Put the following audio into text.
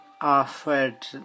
offered